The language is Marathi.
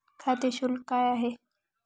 खाते शुल्क काय आहे?